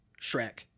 Shrek